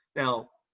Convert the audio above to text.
now,